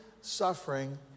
suffering